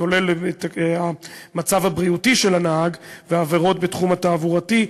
כולל המצב הבריאותי של הנהג ועבירות בתחום התעבורתי,